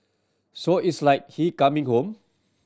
so it's like he coming home